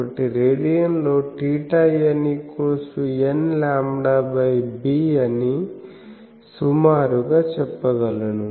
కాబట్టి రేడియన్లో θn nλb అని సుమారుగా చెప్పగలను